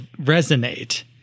resonate